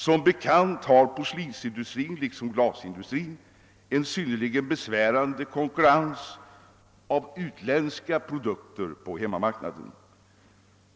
Som bekant har porslinsindustrin liksom glasindustrin en synnerligen besvärande konkurrens av utländska produkter på hemmamarknaden.